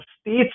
states